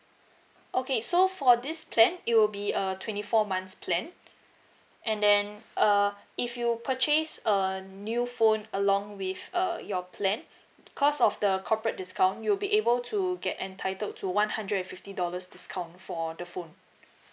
okay so for this plan it will be a twenty four months plan and then err if you purchase a new phone along with err your plan because of the corporate discount you'll be able to get entitled to one hundred and fifty dollars discount for the phone